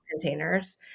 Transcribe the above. containers